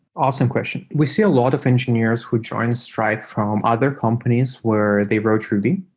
awesome question. we see a lot of engineers who join stripe from other companies where they wrote ruby,